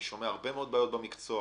אני שומע הרבה מאוד בעיות במקצוע,